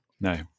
No